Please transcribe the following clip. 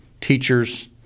teachers